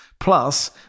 Plus